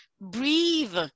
breathe